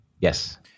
Yes